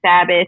Sabbath